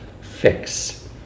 fix